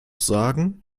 sagen